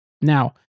Now